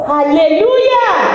Hallelujah